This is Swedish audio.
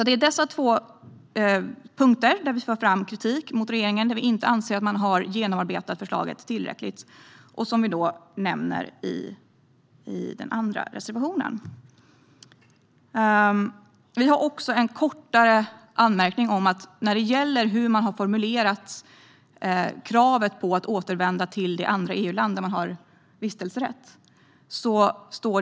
Det är dessa två punkter där vi för fram kritik mot regeringen och där vi inte anser att man har genomarbetat förslaget tillräckligt som vi nämner i den andra reservationen. Vi har också en kortare anmärkning om hur kravet på att återvända till det andra EU-land där man har vistelserätt har formulerats.